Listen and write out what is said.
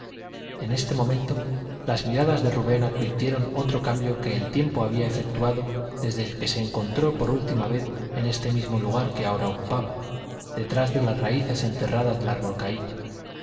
en este momento las miradas de rubén advirtieron otro cambio que el tiempo había efectuado desde que se encontró por última vez en el mismo lugar que ahora ocupaba detrás de las raíces enterradas del árbol caído